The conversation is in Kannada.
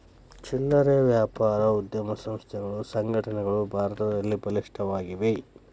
ಚಿಲ್ಲರೆ ವ್ಯಾಪಾರ ಉದ್ಯಮ ಸಂಸ್ಥೆಗಳು ಸಂಘಟನೆಗಳು ಭಾರತದಲ್ಲಿ ಬಲಿಷ್ಠವಾಗಿವೆ